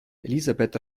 elisabeth